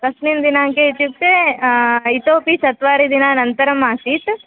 कस्मिन् दिनाङ्के इत्युक्ते इतोपि चत्वारिदिनानन्तरम् आसीत्